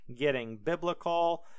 gettingbiblical